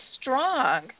strong